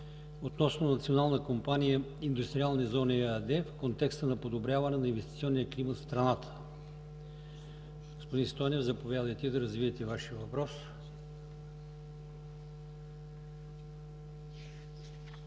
относно „Национална компания Индустриални зони” ЕАД в контекста на подобряване на инвестиционния климат в страната. Господин Стойнев, заповядайте да развиете Вашия въпрос.